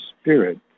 spirit